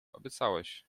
obiecałeś